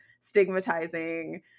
stigmatizing